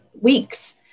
weeks